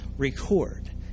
Record